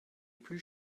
plus